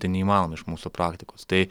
tai neįmanoma iš mūsų praktikos tai